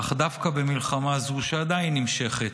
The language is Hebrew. אך דווקא במלחמה זו, שעדיין נמשכת,